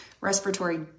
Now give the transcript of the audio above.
Respiratory